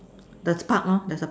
the Park lor there's a Park